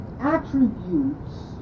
attributes